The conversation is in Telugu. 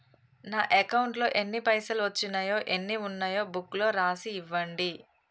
నా అకౌంట్లో ఎన్ని పైసలు వచ్చినాయో ఎన్ని ఉన్నాయో బుక్ లో రాసి ఇవ్వండి?